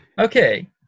Okay